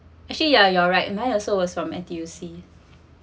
actually yeah you're right mine also was from N_T_U_C